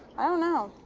i don't know.